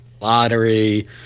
lottery